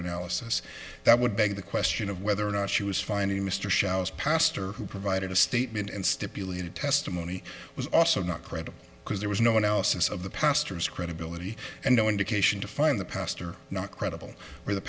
analysis that would beg the question of whether or not she was finding mr showers pastor who provided a statement and stipulated testimony was also not credible because there was no one else as of the pastor's credibility and no indication to find the pastor not credible or the